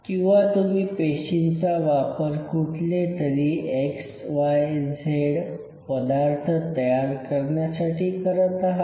किंवा तुम्ही पेशींचा वापर कुठलेतरी x y z पदार्थ तयार करण्यासाठी करत आहात